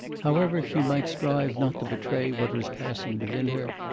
however she might strive not to betray what was passing within her,